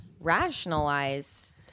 rationalize